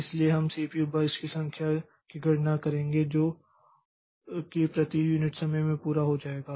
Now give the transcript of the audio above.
इसलिए हम CPU burst की संख्या की गणना करेंगे जो कि प्रति यूनिट समय में पूरा हो जाएगा